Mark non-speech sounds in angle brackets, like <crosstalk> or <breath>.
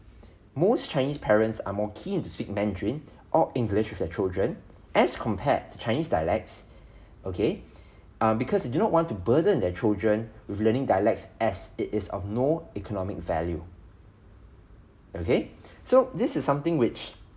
<breath> most chinese parents are more keen to speak mandarin <breath> or english with their children as compared to chinese dialects <breath> okay <breath> um because you do not want to burden their children with learning dialects as it is of no economic value okay <breath> so this is something which